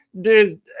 Dude